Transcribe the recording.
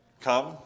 Come